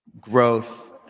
growth